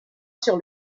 sur